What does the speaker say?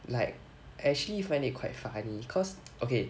like actually find it quite funny cause okay